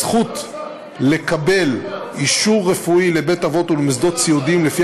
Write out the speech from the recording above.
הזכות לקבל אישור רפואי לבית-אבות ולמוסדות סיעודיים לפי